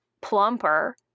plumper